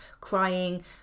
crying